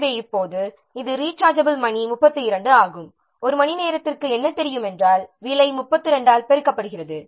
எனவே இப்போது இது ரிச்சார்ஜபிள் மணி 32 ஆகும் ஒரு மணி நேரத்திற்கு என்ன தெரியும் என்றால் விலை 32 ஆல் பெருக்கப்படுகிறது